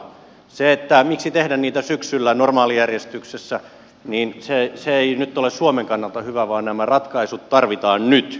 se miksi ei tehdä niitä syksyllä normaalijärjestyksessä ei nyt ole suomen kannalta hyvä vaan nämä ratkaisut tarvitaan nyt